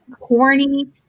corny